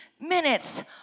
minutes